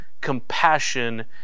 compassion